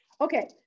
Okay